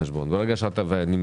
קח בחשבון עוד דבר, כשאתה מוצף